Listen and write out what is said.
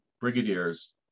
brigadiers